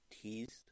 teased